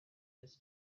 his